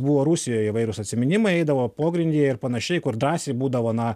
buvo rusijoj įvairūs atsiminimai eidavo pogrindyje ir panašiai kur drąsiai būdavo na